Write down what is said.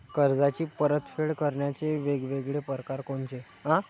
कर्जाची परतफेड करण्याचे वेगवेगळ परकार कोनचे?